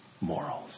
morals